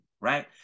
right